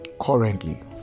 currently